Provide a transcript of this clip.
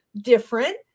different